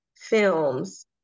films